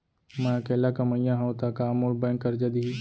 मैं अकेल्ला कमईया हव त का मोल बैंक करजा दिही?